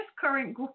current